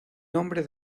nombre